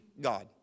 God